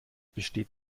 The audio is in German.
besteht